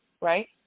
right